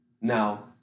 Now